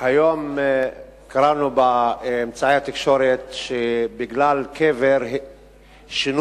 היום קראנו באמצעי התקשורת שבגלל קבר שינו,